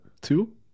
Two